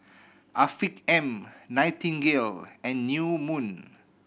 Afiq M Nightingale and New Moon